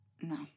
No